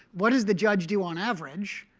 what does the judge do on average?